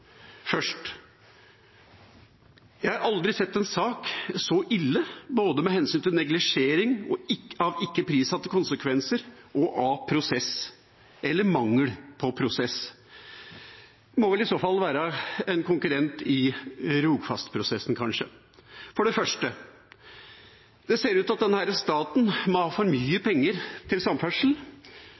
Først: Jeg har aldri sett en sak som er så ille både med hensyn til neglisjering av ikke prissatte konsekvenser og av prosess – eller mangel på prosess. Det må vel i så fall være en konkurrent i Rogfast-prosessen, kanskje. For det første: Det ser ut til at staten må ha for mye penger til samferdsel,